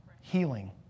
healing